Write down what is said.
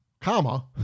comma